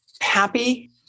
happy